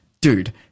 Dude